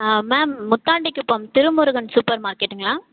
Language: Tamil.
ஆ மேம் முத்தாண்டிக்குப்பம் திருமுருகன் சூப்பர் மார்க்கெட்டுங்களா